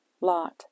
Lot